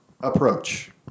approach